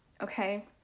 Okay